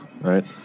right